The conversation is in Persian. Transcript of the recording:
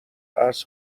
عرض